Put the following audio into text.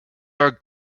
are